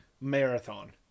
marathon